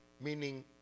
meaning